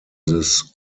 this